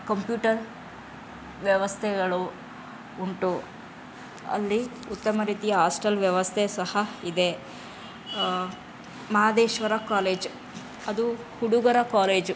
computer ವ್ಯವಸ್ಥೆಗಳು ಉಂಟು ಅಲ್ಲಿ ಉತ್ತಮ ರೀತಿಯ ಹಾಸ್ಟೆಲ್ ವ್ಯವಸ್ಥೆ ಸಹ ಇದೆ ಮಹದೇಶ್ವರ ಕಾಲೇಜ್ ಅದು ಹುಡುಗರ ಕಾಲೇಜು